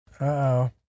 Uh-oh